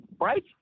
right